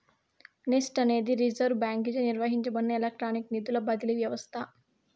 NEFT అనేది reserve బాంకీచే నిర్వహించబడే ఎలక్ట్రానిక్ నిధుల బదిలీ వ్యవస్త